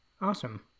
Awesome